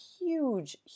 huge